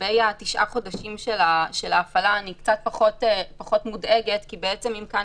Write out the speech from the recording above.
לגבי התשעה החודשים של ההפעלה אני קצת פחות מודאגת כי אם כאן